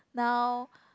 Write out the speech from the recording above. now